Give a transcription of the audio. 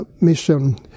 mission